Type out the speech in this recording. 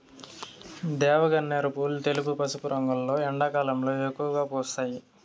దేవగన్నేరు పూలు తెలుపు, పసుపు రంగులో ఎండాకాలంలో ఎక్కువగా పూస్తాయి